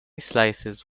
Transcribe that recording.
slices